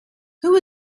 who